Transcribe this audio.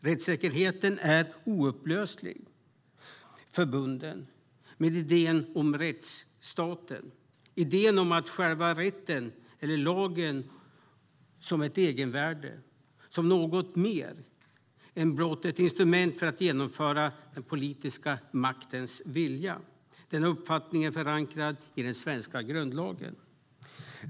Rättssäkerheten är oupplösligt förbunden med idén om rättsstaten och om själva rätten, eller lagen, som ett egenvärde - något mer än blott ett instrument för att genomföra den politiska maktens vilja. Denna uppfattning är förankrad i den svenska grundlagen.